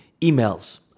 emails